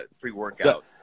pre-workout